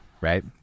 Right